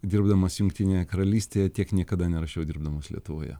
dirbdamas jungtinėje karalystėje tiek niekada nerašiau dirbdamas lietuvoje